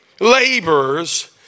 laborers